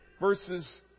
Verses